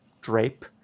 drape